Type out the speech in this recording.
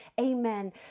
Amen